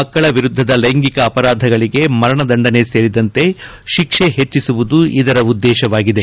ಮಕ್ಕಳ ವಿರುದ್ಧದ ಲೈಂಗಿಕ ಅಪರಾಧಗಳಿಗೆ ಮರಣದಂಡನೆ ಸೇರಿದಂತೆ ಶಿಕ್ಷೆ ಹೆಚ್ಚಿಸುವುದು ಇದರ ಉದ್ದೇಶವಾಗಿದೆ